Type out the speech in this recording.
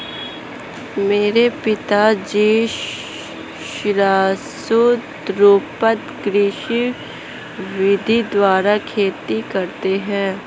मेरे पिताजी वृक्षारोपण कृषि विधि द्वारा खेती करते हैं